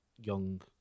young